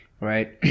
right